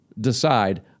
decide